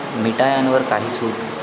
मिठायांवर काही सूट